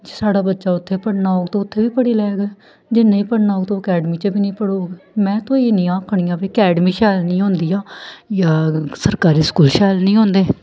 साढ़ा बच्चा उत्थै पढ़ना होग ते उत्थें बी पढ़ी लैग ते जे नेईं पढ़ना होग ते ओह् अकैडमी च बी नेईं पढ़ग में ते ओह् इयै आखनियां अकैडमी शैल निं होंदियां जां सरकारी स्कूल शैल निं होंदे